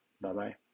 Bye-bye